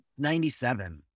97